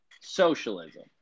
socialism